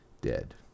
dead